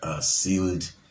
sealed